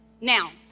Now